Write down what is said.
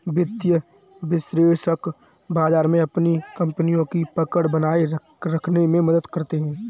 वित्तीय विश्लेषक बाजार में अपनी कपनियों की पकड़ बनाये रखने में मदद करते हैं